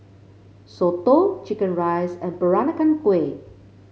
soto chicken rice and Peranakan Kueh